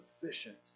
sufficient